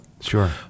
Sure